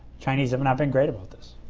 chinese have not been great about this.